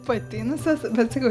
patinusios bet sakau